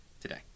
today